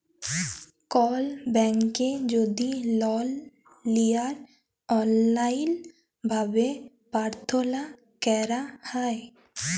call ব্যাংকে যদি লল লিয়ার অললাইল ভাবে পার্থলা ক্যরা হ্যয়